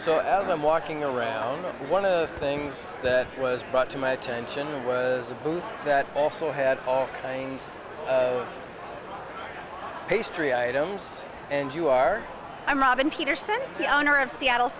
so as i'm walking around one of the things that was brought to my attention was a booth that also had oh things pastry items and you are i'm robin peterson the owner of seattle